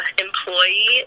employee